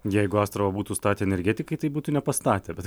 jeigu astravą būtų statę energetikai tai būtų nepastatę bet